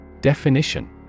Definition